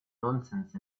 nonsense